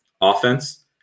offense